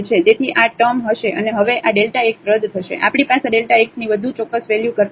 તેથી આ આ ટર્મ હશે અને હવે આ Δ x રદ થશે આપણી પાસે Δ x ની વધુ ચોક્કસ વેલ્યુ કરતાં વધુ છે